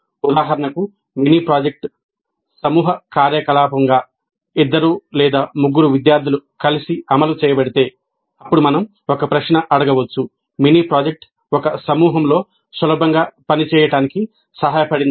ఉదాహరణకు mini project సమూహ కార్యకలాపంగా అమలు చేయబడితే 2 లేదా 3 విద్యార్థులు కలిసి మినీ ప్రాజెక్ట్ను అమలు చేయడానికి అప్పుడు మనం ఒక ప్రశ్న అడగవచ్చు "మినీ ప్రాజెక్ట్ ఒక సమూహంలో సులభంగా పనిచేయడానికి సహాయపడింది